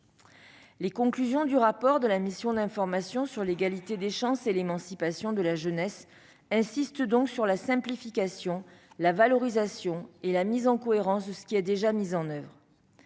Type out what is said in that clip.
Les conclusions du rapport de la mission d'information sur la politique en faveur de l'égalité des chances et de l'émancipation de la jeunesse insistent donc sur la simplification, la valorisation et la mise en cohérence de ce qui est déjà mis en oeuvre.